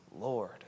Lord